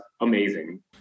amazing